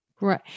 Right